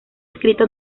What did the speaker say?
escrito